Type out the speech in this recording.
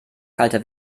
kalte